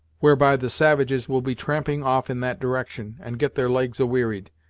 whereby the savages will be tramping off in that direction, and get their legs a-wearied,